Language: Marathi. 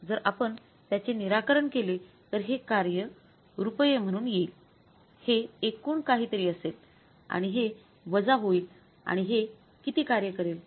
जर आपण त्याचे निराकरण केले तर हे कार्य रुपये म्हणून येईल हे एकूण काहीतरी असेल आणि हे वजा होईल आणि हे किती कार्य करेल